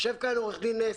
יושב כאן עו"ד נס,